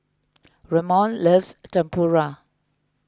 Ramon loves Tempura